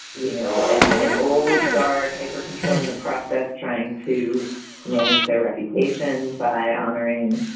you know, and an old guard hyper controlling the process, trying to manage their reputation by honoring,